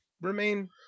remain